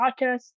Podcast